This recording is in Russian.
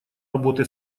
работы